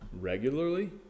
regularly